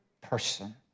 person